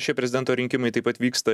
šie prezidento rinkimai taip pat vyksta